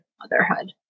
motherhood